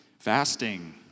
Fasting